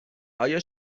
آیا